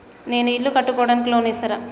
నేను ఇల్లు కట్టుకోనికి లోన్ ఇస్తరా?